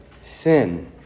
sin